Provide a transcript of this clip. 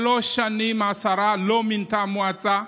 שלוש שנים השרה לא מינתה מועצה,